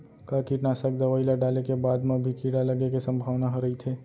का कीटनाशक दवई ल डाले के बाद म भी कीड़ा लगे के संभावना ह रइथे?